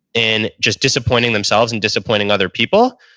and just disappointing themselves and disappointing other people,